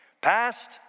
past